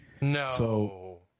No